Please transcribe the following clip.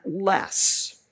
less